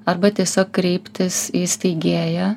arba tiesiog kreiptis į steigėją